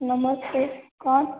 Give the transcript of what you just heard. नमस्ते कौन